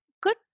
good